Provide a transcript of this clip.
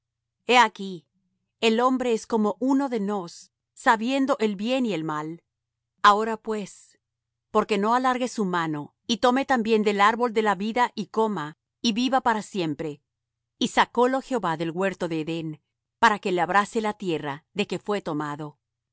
he aquí el hombre es como uno de nos sabiendo el bien y el mal ahora pues porque no alargue su mano y tome también del árbol de la vida y coma y viva para siempre y sacólo jehová del huerto de edén para que labrase la tierra de que fué tomado